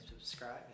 subscribe